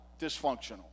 dysfunctional